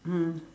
mm